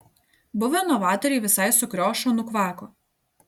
buvę novatoriai visai sukriošo nukvako